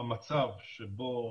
המצב שבו